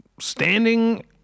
standing